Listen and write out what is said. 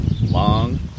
long